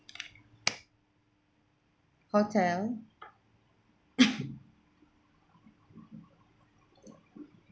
hotel